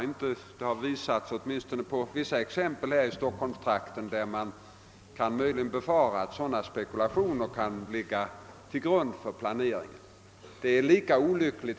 Åtminstone har vi sett en del exempel på det i Stockholmstrakten, där man möjligen kan befara att sådana spekulationer kan ha legat bakom planeringen.